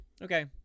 Okay